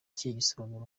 gisobanuro